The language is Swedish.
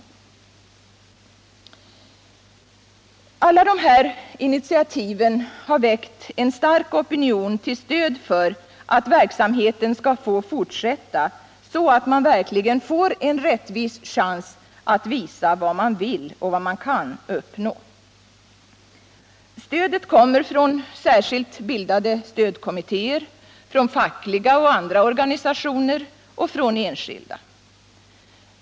Alla dessa initiativ har väckt en stark opinion till stöd för att verksamheten skall få fortsätta så att man verkligen får en rättvis chans att visa vad man vill och vad man kan uppnå. Stödet kommer från särskilt bildade stödkommittéer, från fackliga och andra organisationer och från enskilda.